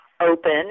open